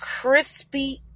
crispy